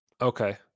Okay